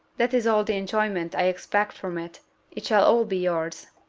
that is all the enjoyment i expect from it it shall all be yours.